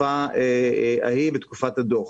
לתקופה ההיא, בתקופת הדוח.